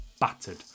battered